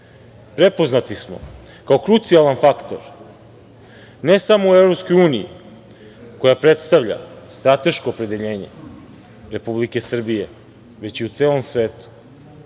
prepoznati smo kao krucijalan faktor, ne samo u EU koja predstavlja strateško opredeljenje Republike Srbije, već i u celom svetu. Ovim